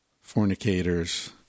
fornicators